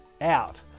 out